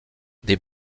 des